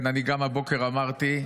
גם הבוקר אמרתי,